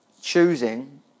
Choosing